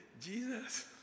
Jesus